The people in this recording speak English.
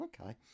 okay